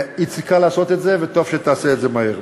איציק, קל לעשות את זה, וטוב שתעשה את זה מהר,